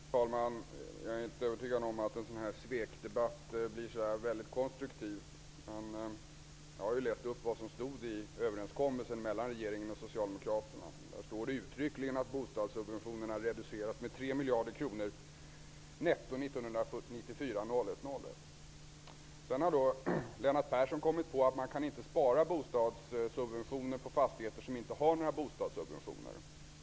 Fru talman! Jag är inte övertygad om att en sådan här svekdebatt blir särskilt konstruktiv. Jag har ju läst upp vad som stod i överenskommelsen mellan regeringen och Socialdemokraterna och där står det uttryckligen att bostadssubventionerna reduceras med 3 miljarder kronor netto den 1 Lennart Nilsson har kommit på att man inte kan spara bostadssubventioner på fastigheter som inte har några bostadssubventioner.